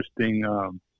interesting